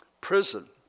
prison